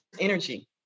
energy